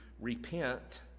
Repent